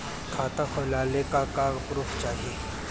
खाता खोलले का का प्रूफ चाही?